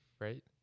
Right